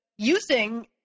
Using